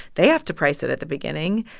they have to price it at the beginning.